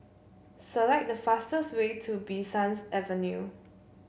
select the fastest way to Bee Sans Avenue